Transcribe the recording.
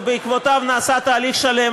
ובעקבותיו נעשה תהליך שלם,